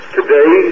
Today